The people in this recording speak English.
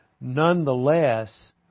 nonetheless